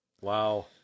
wow